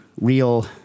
real